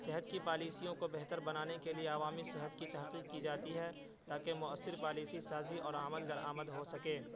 صحت کی پالیسیوں کو بہتر بنانے کے لیے عوامی صحت کی تحقیق کی جاتی ہے تا کہ مؤثر پالیسی سازی اور عمل در آمد ہو سکے